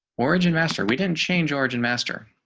origin master. we didn't change origin master.